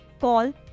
Call